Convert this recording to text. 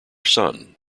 son